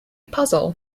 puzzle